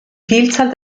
vielzahl